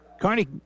Carney